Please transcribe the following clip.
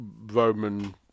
Roman